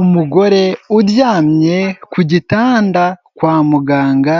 Umugore uryamye ku gitanda kwa muganga